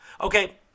Okay